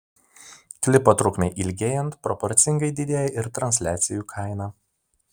klipo trukmei ilgėjant proporcingai didėja ir transliacijų kaina